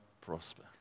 prosper